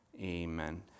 amen